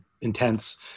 intense